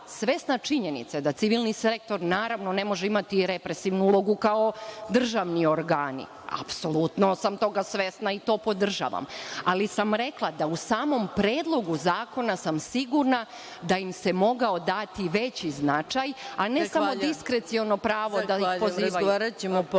svesna činjenice da civilni sektor ne može imati i represivnu ulogu kao državni organi, apsolutno sam toga svesna i to podržavam, ali sam rekla da u samom Predlogu zakona sam sigurna da im se mogao dati veći značaj, a ne samo diskreciono pravo… **Maja